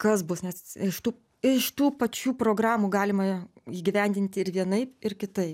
kas bus nes iš tų iš tų pačių programų galima įgyvendinti ir vienaip ir kitaip